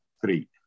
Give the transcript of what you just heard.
three